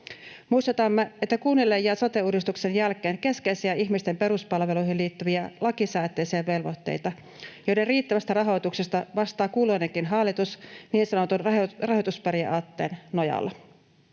Muistutamme, että kunnille jää sote-uudistuksen jälkeen keskeisiä ihmisten peruspalveluihin liittyviä lakisääteisiä velvoitteita, joiden riittävästä rahoituksesta vastaa kulloinenkin hallitus niin sanotun rahoitusperiaatteen nojalla.